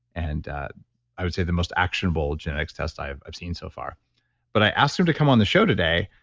and i would say the most actionable genetics test i've i've seen so far but i asked him to come on the show today,